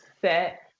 set